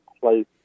place